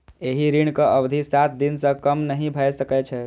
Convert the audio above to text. एहि ऋणक अवधि सात दिन सं कम नहि भए सकै छै